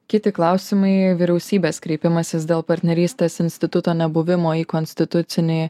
kiti klausimai vyriausybės kreipimasis dėl partnerystės instituto nebuvimo į konstitucinį